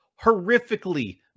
horrifically